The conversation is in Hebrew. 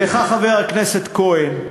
לך, חבר הכנסת כהן,